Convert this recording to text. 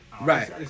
Right